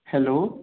hello